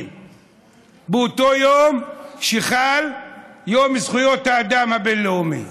באותו יום שבו חל יום זכויות האדם הבין-לאומי,